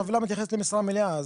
הטבלה מתייחסת למשרה מלאה.